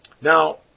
Now